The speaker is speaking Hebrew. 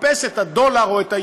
לחפש את הדולר או את האירו,